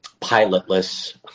pilotless